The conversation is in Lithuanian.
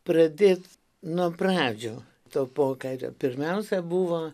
pradėt nuo pradžių to pokario pirmiausia buvo